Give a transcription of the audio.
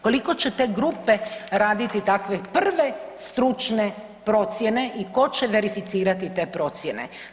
Koliko će te grupe raditi takve prve stručne procijene i tko će verificirati te procijene?